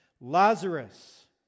Lazarus